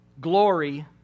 glory